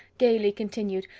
gaily continued,